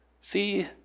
see